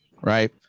Right